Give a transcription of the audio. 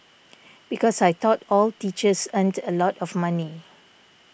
because I thought all teachers earned a lot of money